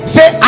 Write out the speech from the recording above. Say